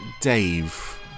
Dave